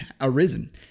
arisen